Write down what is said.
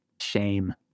shame